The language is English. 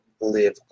live